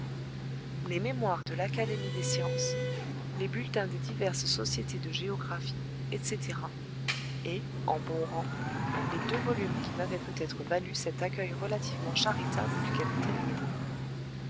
les mémoires de l'académie des sciences les bulletins des diverses sociétés de géographie etc et en bon rang les deux volumes qui m'avaient peut-être valu cet accueil relativement charitable du capitaine nemo